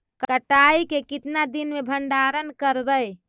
कटाई के कितना दिन मे भंडारन करबय?